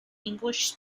english